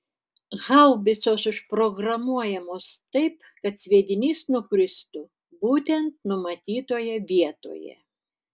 haubicos užprogramuojamos taip kad sviedinys nukristų būtent numatytoje vietoje